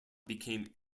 became